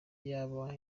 yaba